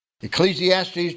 Ecclesiastes